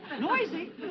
Noisy